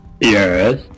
Yes